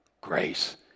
Grace